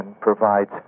provides